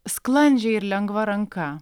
sklandžiai ir lengva ranka